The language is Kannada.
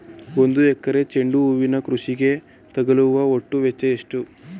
ಒಂದು ಎಕರೆ ಚೆಂಡು ಹೂವಿನ ಕೃಷಿಗೆ ತಗಲುವ ಒಟ್ಟು ವೆಚ್ಚ ಎಷ್ಟು?